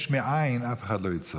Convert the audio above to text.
יש מאין אף אחד לא ייצור.